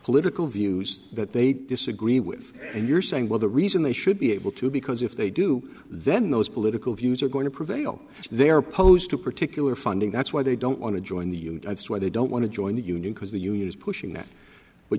political views that they disagree with and you're saying well the reason they should be able to because if they do then those political views are going to prevail they're opposed to particular funding that's why they don't want to join the where they don't want to join the union because the union is pushing that when